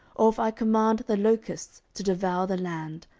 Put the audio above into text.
or if i command the locusts to devour the land,